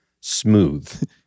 smooth